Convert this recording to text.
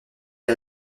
est